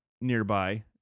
nearby